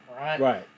Right